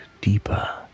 deeper